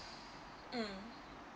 mm